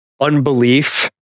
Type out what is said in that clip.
Unbelief